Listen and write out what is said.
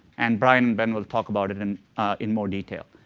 and brian and ben will talk about it and in more detail.